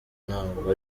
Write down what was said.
ntabwo